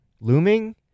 looming